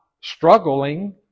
struggling